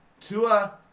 Tua